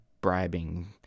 bribing